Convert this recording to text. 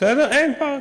אין פארק.